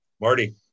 Marty